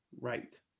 Right